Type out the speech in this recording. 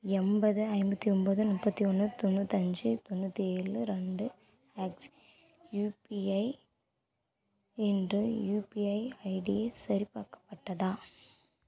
எண்பது ஐம்பத்தி ஒம்போது முப்பத்தி ஒன்று தொண்ணூற்றி அஞ்சு தொண்ணூற்றி ஏழு ரெண்டு அட் யுபிஐ என்ற யுபிஐ ஐடி சரிபார்க்கப்பட்டதா